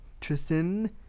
Tristan